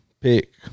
pick